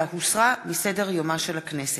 אלא הוסרה מסדר-יומה של הכנסת.